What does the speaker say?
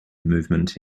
movement